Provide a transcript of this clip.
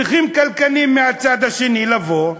צריכים כלכלנים מהצד השני לבוא ולהגיד: